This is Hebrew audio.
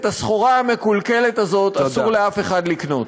את הסחורה המקולקלת הזאת אסור לאף אחד לקנות.